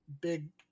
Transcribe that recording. big